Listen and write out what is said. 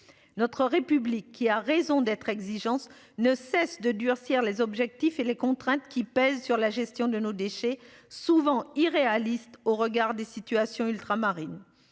notre République qui a raison d'être exigences ne cesse de durcir les objectifs et les contraintes qui pèsent sur la gestion de nos déchets souvent irréalistes au regard des situations ultramarines.